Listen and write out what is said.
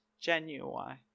genuine